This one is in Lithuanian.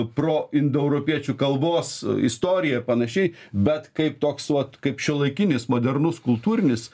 pro indoeuropiečių kalbos istorija ir panašiai bet kaip toks vat kaip šiuolaikinis modernus kultūrinis